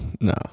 no